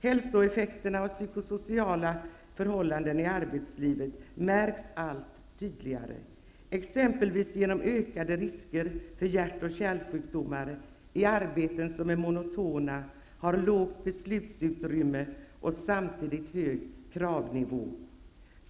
Hälsoeffekterna av psykosociala förhållanden i arbetslivet märks allt tydligare, exempelvis genom ökade risker för hjärtoch kärlsjukdomar i arbeten som är monotona, har litet beslutsutrymme och samtidigt hög kravnivå.